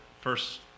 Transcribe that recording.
first